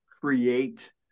create